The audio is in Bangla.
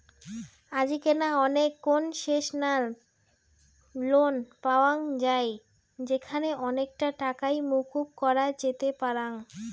আজিকেনা অনেক কোনসেশনাল লোন পাওয়াঙ যাই যেখানে অনেকটা টাকাই মকুব করা যেতে পারাং